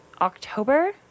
October